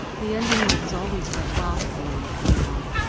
the ending was always what bothered me, you know.